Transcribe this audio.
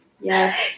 Yes